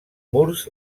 murs